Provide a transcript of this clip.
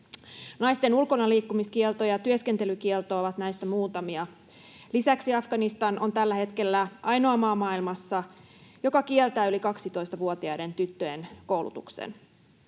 Naisten ulkonaliikkumiskielto ja työskentelykielto ovat näistä muutamia. Lisäksi Afganistan on tällä hetkellä ainoa maa maailmassa, joka kieltää yli 12-vuotiaiden tyttöjen koulutuksen.